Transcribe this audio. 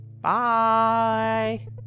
Bye